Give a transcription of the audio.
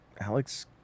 Alex